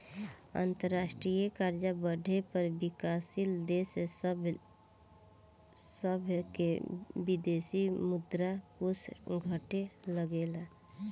अंतरराष्ट्रीय कर्जा बढ़े पर विकाशील देश सभ के विदेशी मुद्रा कोष घटे लगेला